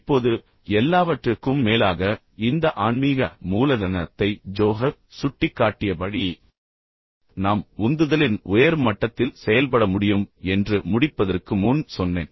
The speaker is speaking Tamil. இப்போது எல்லாவற்றிற்கும் மேலாக இந்த ஆன்மீக மூலதனத்தை ஜோஹர் சுட்டிக்காட்டியபடி நாம் உந்துதலின் உயர் மட்டத்தில் செயல்பட முடியும் என்று முடிப்பதற்கு முன் சொன்னேன்